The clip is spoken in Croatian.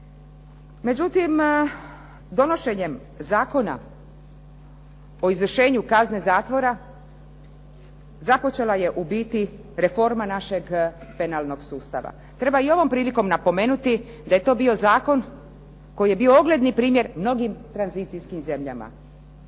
Međutim, donošenjem Zakona o izvršenju kazne zatvora, započela je u biti reforma našeg penalnog sustava. Treba i ovom prilikom napomenuti, da je to bio zakon koji je bio ogledni primjer mnogim tranzicijskim zemljama.